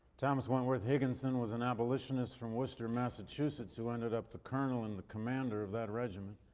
thomas wentworth higginson was an abolitionist from worcester, massachusetts who ended up the colonel and the commander of that regiment.